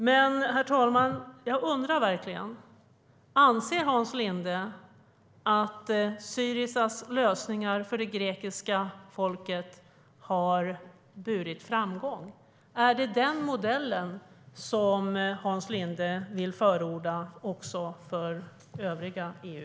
Men, herr talman, jag undrar verkligen om Hans Linde anser att Syrizas lösningar för det grekiska folket burit med sig framgång. Är det den modellen som Hans Linde vill förorda också för övriga EU?